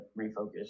refocus